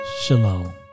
Shalom